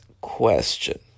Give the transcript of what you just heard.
question